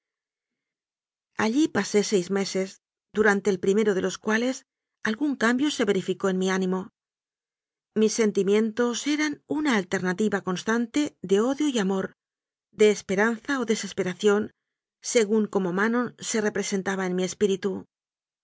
allí pasé seis meses durante el primero de los cuales algún cambio se verificó en mi ánimo mis sentimientos eran una alternativa constante de odio y amor de esperanza o desesperación según como manon se representaba en mi espíritu